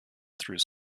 through